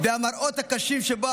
על המראות הקשים שבו,